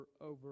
over